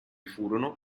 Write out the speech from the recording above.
furono